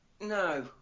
no